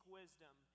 wisdom